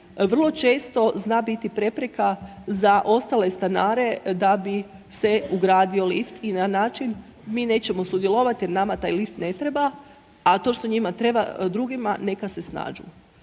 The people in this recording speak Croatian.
vrlo često zna biti prepreka za ostale stanare da bi se ugradio lift i na način mi nećemo sudjelovati jer nama taj lift ne treba a to što njima treba, drugima, neka se snađu.